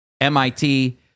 MIT